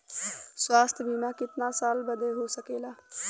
स्वास्थ्य बीमा कितना साल बदे हो सकेला?